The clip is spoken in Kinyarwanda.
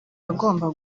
agomba